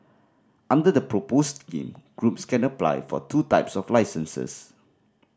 under the proposed scheme groups can apply for two types of licences